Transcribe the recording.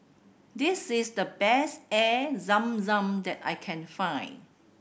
this is the best Air Zam Zam that I can find